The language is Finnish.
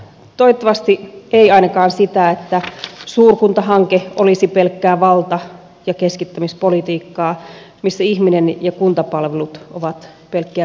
toivottavasti ei ainakaan sitä että suurkuntahanke olisi pelkkää valta ja keskittämispolitiikkaa missä ihminen ja kuntapalvelut ovat pelkkiä pelinappuloita